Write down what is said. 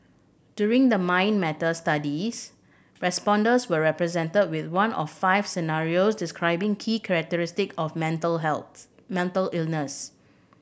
during the Mind Matters studies respondents were presented with one of five scenarios describing key characteristic of a mental health mental illness